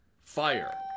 Fire